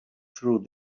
through